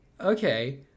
okay